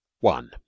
one